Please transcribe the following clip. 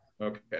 Okay